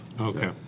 Okay